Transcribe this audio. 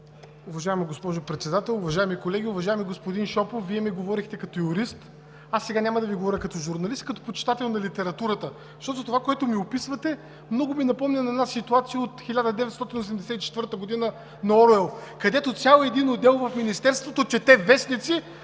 Уважаема госпожо Председател, уважаеми колеги! Уважаеми господин Шопов, Вие ми говорихте като юрист, аз сега няма да Ви говоря като журналист, а като почитател на литературата. Защото това, което ми описвате, много ми напомня на една ситуация от „1984“ на Оруел, където цял един отдел в Министерството чете вестници,